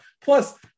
Plus